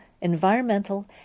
environmental